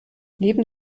neben